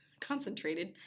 concentrated